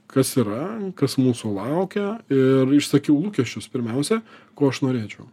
kas yra kas mūsų laukia ir išsakiau lūkesčius pirmiausia ko aš norėčiau